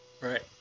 Right